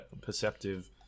perceptive